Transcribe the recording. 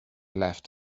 left